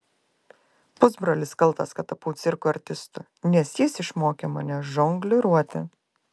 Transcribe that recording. pusbrolis kaltas kad tapau cirko artistu nes jis išmokė mane žongliruoti